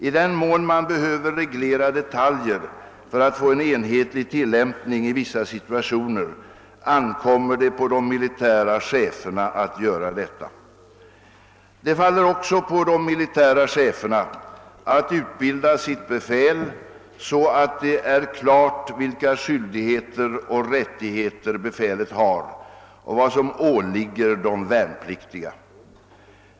I den mån man behöver reglera detaljer för att få en enhetlig tillämpning i vissa situationer ankommer det på de militära cheferna att göra detta. Det faller också på de militära cheferna att utbilda sitt befäl så att det är klart vilka skyldigheter och rättigheter befälet har och vad som åligger de värnpliktiga.